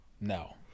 No